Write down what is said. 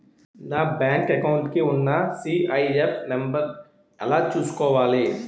నా bank account కి ఉన్న సి.ఐ.ఎఫ్ నంబర్ ఎలా చూసుకోవాలి?